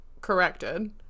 corrected